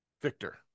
Victor